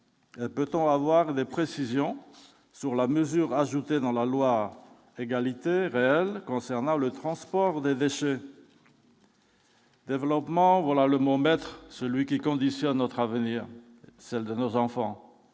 peut-on avoir des précisions sur la mesure, a ajouté dans la loi égalité réelle concernant le transport des déchets. Développement, voilà le mot maître celui qui conditionnent notre avenir, celle de nos enfants